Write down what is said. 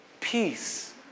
peace